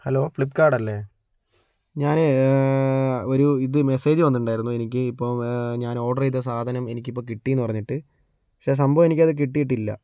hello Flipkart അല്ലേ ഞാനേ ഒരു ഇത് മെസ്സേജ് വന്നിട്ടുണ്ടായിരുന്നു എനിക്ക് ഇപ്പോൾ ഞാൻ ഓർഡർ ചെയ്ത സാധനം എനിക്കിപ്പോൾ കിട്ടിയെന്ന് പറഞ്ഞിട്ട് പക്ഷെ സംഭവം എനിക്കത് കിട്ടിയിട്ടില്ല